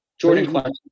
Jordan